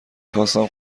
خواستم